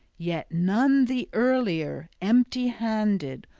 yet none the earlier, empty-handed,